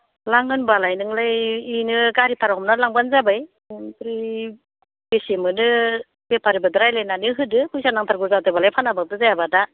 लां होनबालाय नोंलाय बेनो गारि भारा हमनानै लांबानो जाबाय ओमफ्राय बेसे मोनो बेफारिफोरजों रायलायनानै होदो फैसा नांथारगौ जादोंबालाय फानाबाथ' जायाबा दा